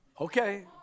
Okay